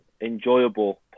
enjoyable